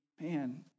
man